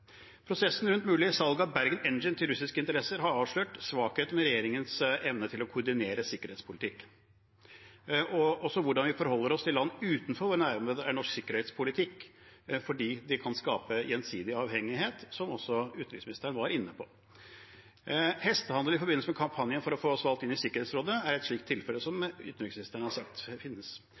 Prosessen rundt et mulig salg av Bergen Engines til russiske interesser har avslørt svakheter ved regjeringens evne til å koordinere sikkerhetspolitikk. Også hvordan vi forholder oss til land utenfor våre nærområder, er norsk sikkerhetspolitikk, fordi det kan skape gjensidig avhengighet, noe også utenriksministeren var inne på. Hestehandler i forbindelse med kampanjen for å få oss valgt inn i Sikkerhetsrådet er et slikt tilfelle, som utenriksministeren har sagt finnes.